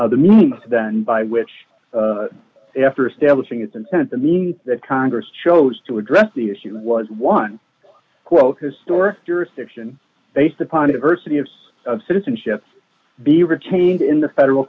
of the meta done by which after establishing its intent the means that congress chose to address the issue was one quote historic jurisdiction based upon a diversity of of citizenship be retained in the federal